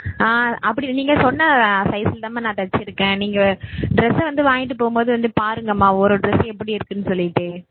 அப்படி இல்லை நீங்கள் சொன்ன சைஸில் தான்ம்மா நான் தச்சுருக்கேன் நீங்கள் டிரெஸ்ஸை வந்து வாங்கிகிட்டு போகும்போது வந்து பாருங்கம்மா ஒரு ஒரு ட்ரெஸ்ஸு எப்படி இருக்குன்னு சொல்லிவிட்டு